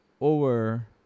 over